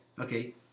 Okay